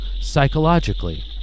psychologically